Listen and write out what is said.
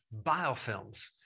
biofilms